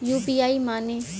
UPI माने?